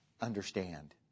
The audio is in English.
Understand